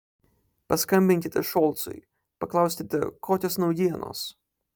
paskambinkite šolcui paklauskite kokios naujienos